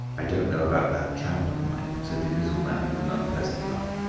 i don't know about that tramp of mine, said the invisible man, with an unpleasant laugh.